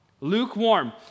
Lukewarm